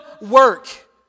work